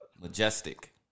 majestic